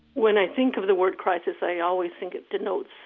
when i think of the word crisis, i always think it denotes